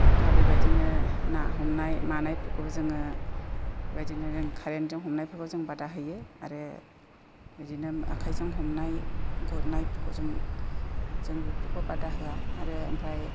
दा बेबायदिनो ना हमनाय मानायफोरखौबो जोङो बेबायदिनो जों कारेनजों हमनायफोरखौ जों बादा होयो आरो ओरैनो आखाइजों हमनाय गुरनायफोरखौ जों जों बेफोरखौ बादा होआ आरो ओमफ्राय